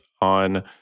on